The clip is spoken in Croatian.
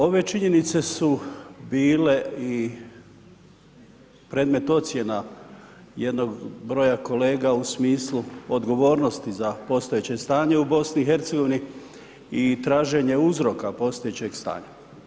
Ove činjenice su bile i predmet ocjena jednog broja kolega u smislu odgovornosti za postojeće stanje u BiH-u i traženje uzroka postojećeg stanja.